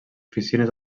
oficines